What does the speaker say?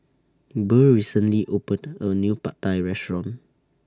Burr recently opened A New Pad Thai Restaurant